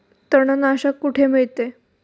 तणनाशक कुठे मिळते?